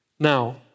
Now